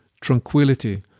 tranquility